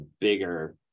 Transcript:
bigger